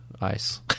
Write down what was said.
ice